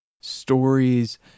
stories